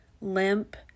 Limp